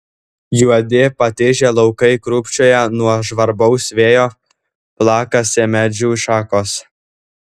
juodi patižę laukai krūpčioja nuo žvarbaus vėjo plakasi medžių šakos